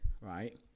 right